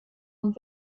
und